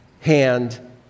hand